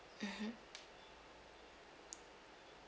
mmhmm